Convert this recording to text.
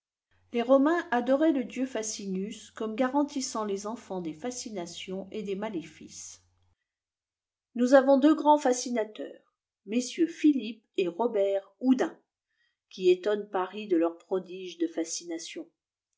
les romains adoraient le dieu fascînius comme garantissant les enfaots des fascinations et des maléfices nous avons deux grands fascinateurs mm philippe et roberthoudin qui étonnent paris de leurs prodiges de fascination